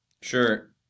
Sure